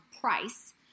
price